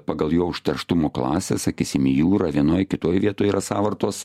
pagal jo užterštumo klasę sakysim į jūrą vienoj kitoj vietoj yra sąvartos